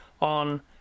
on